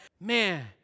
man